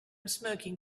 smoking